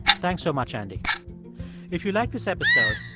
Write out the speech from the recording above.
thanks so much, andy if you like this episode,